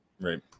Right